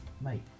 Mate